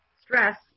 stress